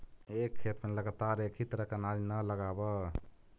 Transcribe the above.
एक खेत में लगातार एक ही तरह के अनाज न लगावऽ